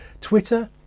twitter